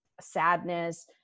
sadness